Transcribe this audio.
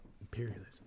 Imperialism